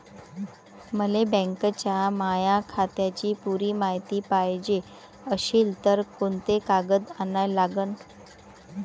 मले बँकेच्या माया खात्याची पुरी मायती पायजे अशील तर कुंते कागद अन लागन?